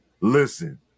Listen